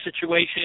situation